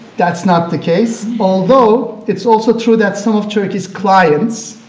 that's not the case. although, it's also true that some of turkey's clients,